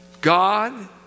God